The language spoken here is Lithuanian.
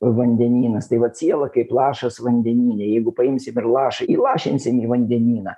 vandenynas tai vat siela kaip lašas vandenyne jeigu paimsim ir lašą įlašinsim į vandenyną